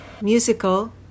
musical